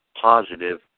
positive